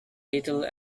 little